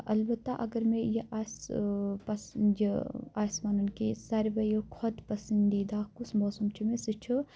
اَلبَتہ اَگر مےٚ یہِ آسہِ پَسند یہِ آسہِ وَنُن کہِ سارویو کھۄتہٕ پَسندیدہ کُس موسم چھُ مےٚ سُہ چھُ